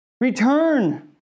Return